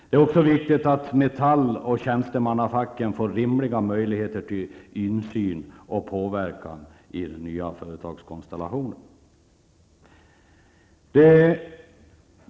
Det är också viktigt att Metall och tjänstemannafacken får rimliga möjligheter till insyn och påverkan i den nya företagskonstellationen.